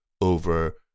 over